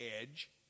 edge